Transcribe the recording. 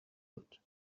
بود